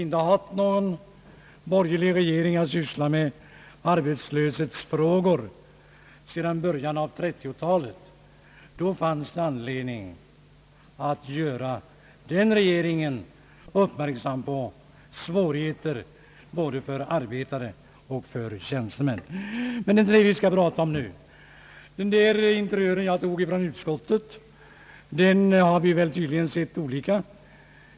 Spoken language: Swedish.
Någon borgerlig regering har inte sysslat med arbetslöshetsfrågor sedan början av 1930-talet. Då fanns det anledning att göra den då sittande regeringen uppmärksam på svårigheterna både för arbetare och för tjänstemän! Det skall vi emellertid inte prata om nu. Den interiör som jag drog fram från utskottet har herr Per Jacobsson och jag tydligen sett olika.